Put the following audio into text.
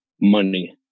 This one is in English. money